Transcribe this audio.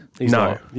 no